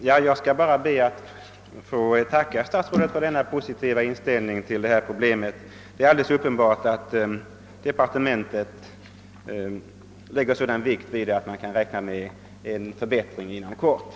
Herr talman! Jag vill bara tacka statsrådet för hans positiva inställning till detta problem. Det är uppenbart att departementet lägger stor vikt vid att en förbättring inom kort skall kunna genomföras.